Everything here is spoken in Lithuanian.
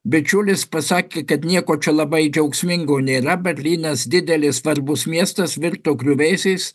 bičiulis pasakė kad nieko čia labai džiaugsmingo nėra berlynas didelis svarbus miestas virto griuvėsiais